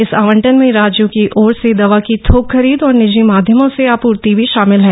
इस आवंटन में राज्यों की ओर से दवा की थोक खरीद तथा निजी माध्यमों से आपूर्ति भी शामिल है